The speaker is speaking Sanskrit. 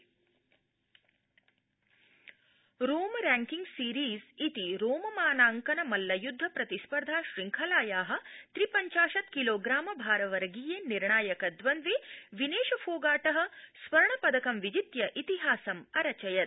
विनेश स्वर्णपदकम् रोम रैंकिंग सीरीज़ इति रोम मानांकन मल्लयुद्ध प्रतिस्पर्धा श्रृंखलाया त्रि पञ्चाशत् किलोप्राम भारवर्गीये निर्णायक द्वन्द्वे विनेश फोगा स्वर्णपदकं विजित्य इतिहासम् अरचयत्